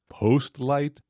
PostLight